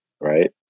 right